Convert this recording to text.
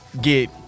get